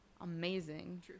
amazing